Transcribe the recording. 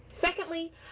Secondly